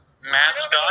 mascot